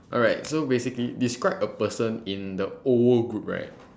alright so basically describe a person in the O O group right